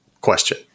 question